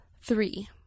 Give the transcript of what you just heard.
Three